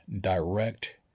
direct